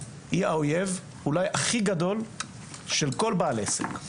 היא האויב של כל בעל עסק,